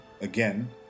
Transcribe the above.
again